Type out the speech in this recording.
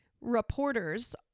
reporters